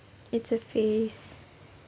it's a phase